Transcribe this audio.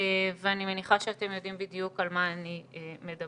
ואני מניחה שאתם יודעים בדיוק על מה אני מדברת.